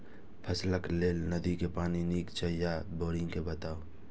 फसलक लेल नदी के पानी नीक हे छै या बोरिंग के बताऊ?